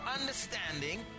understanding